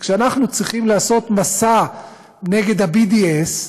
כשאנחנו צריכים לעשות מסע נגד ה-BDS,